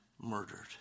murdered